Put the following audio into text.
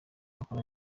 akora